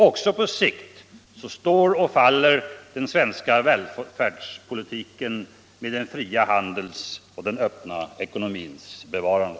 Också på sikt står och faller den debatt svenska välståndspolitiken med den fria handelns och den öppna ekonomins bevarande.